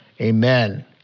Amen